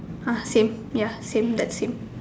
ah same ya same that same